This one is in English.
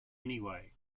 anyway